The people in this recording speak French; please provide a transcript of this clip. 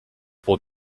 pour